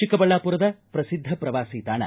ಚಿಕ್ಕಬಳ್ಳಾಪುರದ ಪ್ರಸಿದ್ದ ಪ್ರವಾಸಿ ತಾಣ